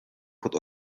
pod